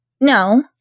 No